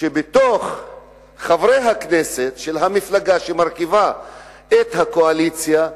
שאני יודע שבין חברי הכנסת של המפלגה שמרכיבה את הקואליציה,